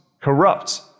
corrupt